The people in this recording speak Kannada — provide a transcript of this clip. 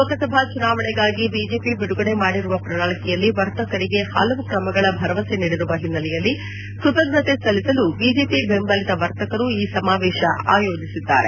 ಲೋಕಸಭಾ ಚುನಾವಣೆಗಾಗಿ ಬಿಜೆಪಿ ಬಿಡುಗಡೆ ಮಾಡಿರುವ ಪ್ರಣಾಳಿಕೆಯಲ್ಲಿ ವರ್ತಕರಿಗೆ ಹಲವು ಕ್ರಮಗಳ ಭರವಸೆ ನೀಡಿರುವ ಹಿನ್ನೆಲೆಯಲ್ಲಿ ಕೃತಜ್ಞತೆ ಸಲ್ಲಿಸಲು ಬಿಜೆಪಿ ಬೆಂಬಲಿತ ವರ್ತಕರು ಈ ಸಮಾವೇಶ ಆಯೋಜಿಸಿದ್ದಾರೆ